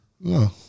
No